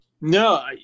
No